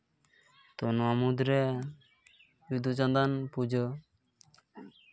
ᱛᱚ ᱱᱚᱣᱟ ᱢᱩᱫᱽᱨᱮ ᱵᱤᱫᱩ ᱪᱟᱸᱫᱟᱱ ᱯᱩᱡᱟᱹ